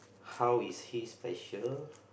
how is he special